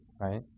right